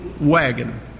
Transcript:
wagon